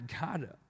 God